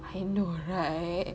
I know right